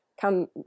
come